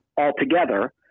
altogether